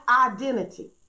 identity